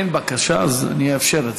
אין בקשה, אז אני אאפשר את